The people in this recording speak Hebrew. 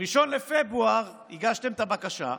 ב-1 בפברואר הגשתם את הבקשה,